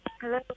Hello